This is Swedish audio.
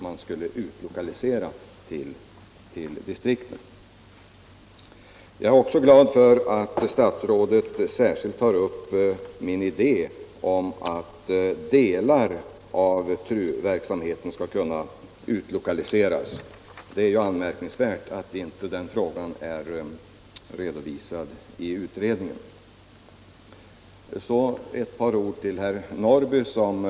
Jag var också glad för att statsrådet särskilt tog upp idén om att delar av TRU-verksamheten skall kunna utlokaliseras. Det är anmärkningsvärt att inte den frågan är redovisad i utredningens betänkande. Sedan ett par ord till herr Norrby i Åkersberga.